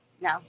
No